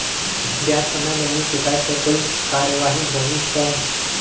ब्याज समय मे नी चुकाय से कोई कार्रवाही होही कौन?